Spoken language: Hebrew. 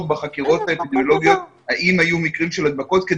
בחקירות האפידמיולוגיות האם היו מקרים של הדבקות,